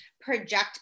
project